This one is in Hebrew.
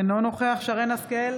אינו נוכח שרן מרים השכל,